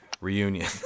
reunion